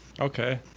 Okay